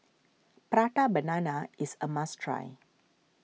Prata Banana is a must try